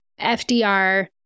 FDR